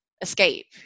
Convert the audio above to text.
escape